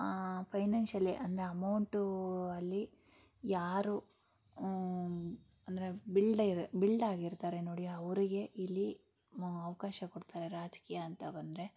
financially ಅಂದರೆ amount ಅಲ್ಲಿ ಯಾರು ಅಂದರೆ ಬಿಲ್ಡೆರ್ ಬಿಲ್ಡಾಗಿರ್ತಾರೆ ನೋಡಿ ಅವರಿಗೆ ಇಲ್ಲಿ ಅವಕಾಶ ಕೊಡ್ತಾರೆ ರಾಜಕೀಯ ಅಂತ ಬಂದರೆ